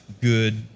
good